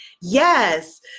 Yes